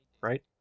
right